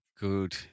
Good